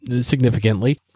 significantly